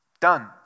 Done